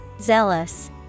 Zealous